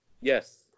Yes